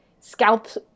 scalps